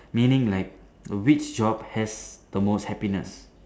meaning like which job has the most happiness